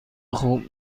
خوب